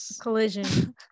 collision